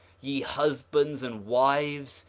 ye husbands and wives,